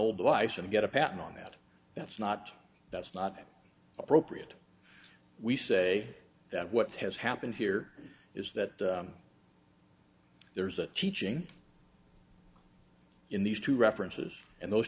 old life and get a patent on that that's not that's not appropriate we say that what has happened here is that there is a teaching in these two references and those